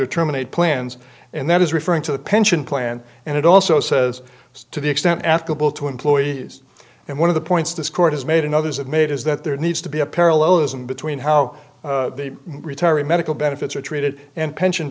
or terminate plans and that is referring to the pension plan and it also says to the extent affable to employees and one of the points this court has made and others have made is that there needs to be a parallelism between how the retiree medical benefits are treated and pension